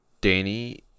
Danny